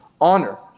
honor